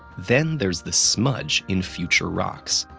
then there's the smudge in future rocks.